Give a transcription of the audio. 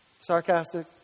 Sarcastic